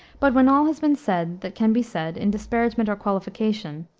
but when all has been said that can be said in disparagement or qualification,